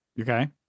Okay